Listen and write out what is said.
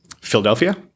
Philadelphia